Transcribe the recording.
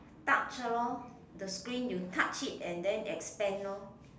touch lor the screen you touch it and then expand lor